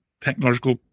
technological